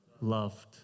loved